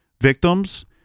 victims